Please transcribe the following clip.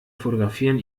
fotografieren